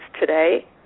today